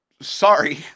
Sorry